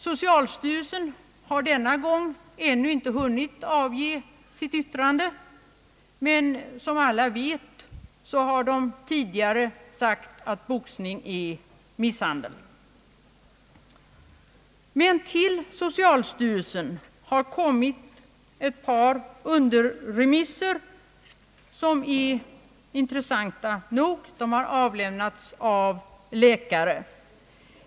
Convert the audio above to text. Socialstyrelsen har denna gång ännu inte hunnit avge sitt yttrande, men som alla vet har styrelsen tidigare sagt att boxning är misshandel. Till socialstyrelsen har emellertid inkommit ett par underremissutlåtanden som är intressanta nog. De har avgivits av läkare.